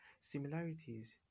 similarities